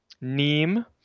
Neem